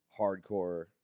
hardcore